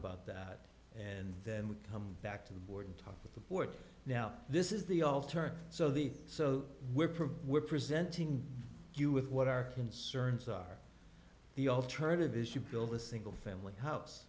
about that and then we come back to the board and talk with the board now this is the alternative so the so we're probably presenting you with what our concerns are the alternative is you build a single family house